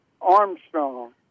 Armstrong